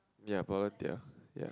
ya volunteer ya